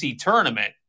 tournament